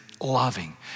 loving